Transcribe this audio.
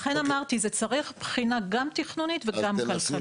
לכן אמרתי, זה צריך בחינה גם תכנונית וגם כלכלית.